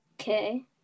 okay